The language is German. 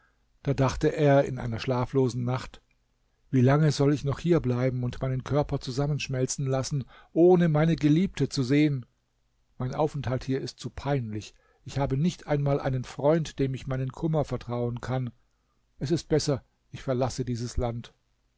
da dachte er in einer schlaflosen nacht wie lange soll ich noch hier bleiben und meinen körper zusammenschmelzen lassen ohne meine geliebte zu sehen mein aufenthalt hier ist zu peinlich ich habe nicht einmal einen freund dem ich meinen kummer vertrauen kann es ist besser ich verlasse dieses land